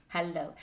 Hello